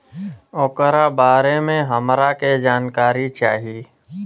ओकरा बारे मे हमरा के जानकारी चाही?